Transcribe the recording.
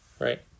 right